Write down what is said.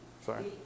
Sorry